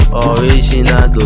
original